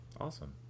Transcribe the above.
awesome